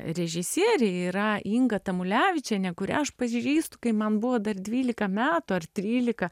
režisierė yra inga tamulevičienė kurią aš pažįstu kai man buvo dar dvylika metų ar trylika